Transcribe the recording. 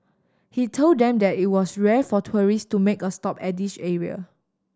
he told them that it was rare for tourists to make a stop at this area